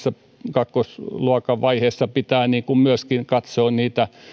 kakkosluokan vaiheessa pitää katsoa myöskin niitä